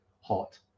hot